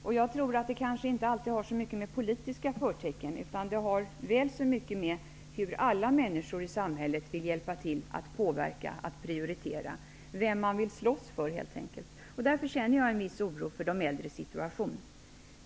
Detta har kanske inte alltid så mycket av politiska förtecken utan har väl att göra med hur alla människor i samhället vill hjälpa till för att påverka och att prioritera -- helt enkelt vem som man vill slåss för. Därför känner jag en viss oro för de äldres situation.